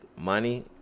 money